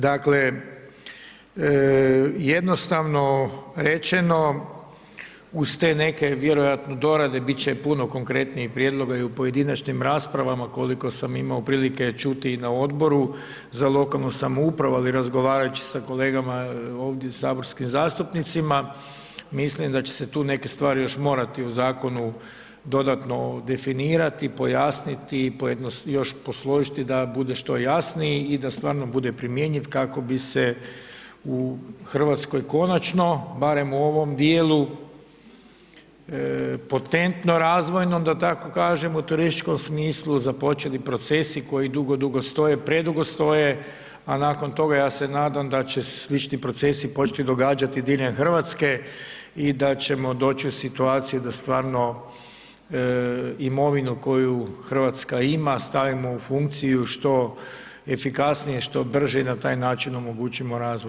Dakle, jednostavno rečeno uz te neke vjerojatno dorade bit će puno konkretnijih prijedloga i u pojedinačnim raspravama koliko sam imao prilike čuti i na odboru za lokalnu samoupravu, ali razgovarajući sa kolegama ovdje saborskim zastupnicima mislim da će se tu neke stvari još morati u zakonu dodatno definirati, pojasniti i još posložiti da bude što jasniji i da stvarno bude primjenjiv kako bi se u Hrvatskoj konačno, barem u ovom dijelu, potentno razvojnom da tako kažem u turističkom smislu započeli procesi koji dugo, dugo stoje, predugo stoje, a nakon toga ja se nadam da će slični procesi početi događati diljem Hrvatske i da ćemo doći u situaciju da stvarno imovinu koju Hrvatska ima stavimo u funkciju što efikasnije, što brže i na taj način omogućimo razvoj.